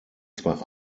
zwei